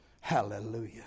Hallelujah